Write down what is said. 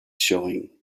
showing